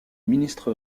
ministre